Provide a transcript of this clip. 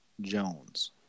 Jones